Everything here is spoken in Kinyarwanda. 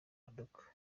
modoka